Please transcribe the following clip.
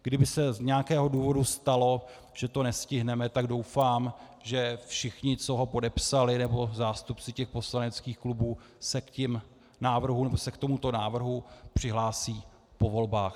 Kdyby se z nějakého důvodu stalo, že to nestihneme, tak doufám, že všichni, kdo ho podepsali, nebo zástupci poslaneckých klubů se k tomuto návrhu přihlásí po volbách.